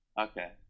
Okay